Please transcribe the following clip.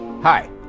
Hi